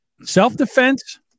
self-defense